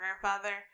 grandfather